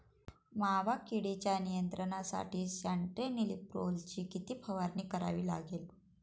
मावा किडीच्या नियंत्रणासाठी स्यान्ट्रेनिलीप्रोलची किती फवारणी करावी लागेल?